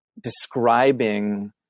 describing